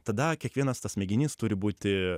tada kiekvienas tas mėginys turi būti